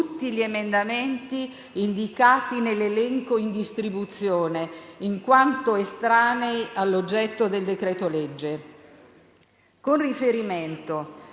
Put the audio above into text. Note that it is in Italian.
Con riferimento